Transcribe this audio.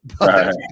right